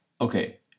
Okay